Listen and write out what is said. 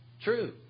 true